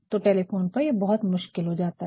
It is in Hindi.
तो टेलीफ़ोन पर यह बहुत मुश्किल हो जाता है